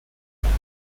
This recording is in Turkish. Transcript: artık